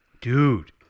Dude